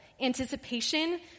anticipation